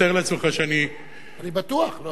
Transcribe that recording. אתה מתאר לעצמך שאני, אני בטוח.